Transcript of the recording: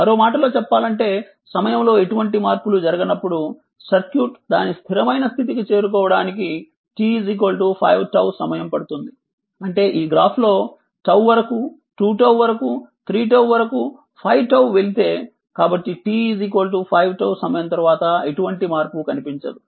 మరో మాటలో చెప్పాలంటే సమయంలో ఎటువంటి మార్పులు జరగనప్పుడు సర్క్యూట్ దాని స్థిరమైన స్థితికి చేరుకోవడానికి t 5𝜏 సమయం పడుతుంది అంటే ఈ గ్రాఫ్ లో 𝜏 వరకు 2𝜏 వరకు 3𝜏 వరకు 5𝜏 వెళితే కాబట్టి t 5𝜏 సమయం తరువాత ఎటువంటి మార్పు కనిపించదు